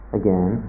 again